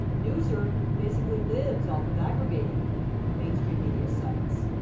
newser basically lives off of aggregating mainstream media sites.